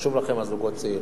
וחשובים לכם הזוגות צעירים,